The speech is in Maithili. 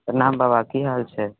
प्रणाम बाबा की हाल छै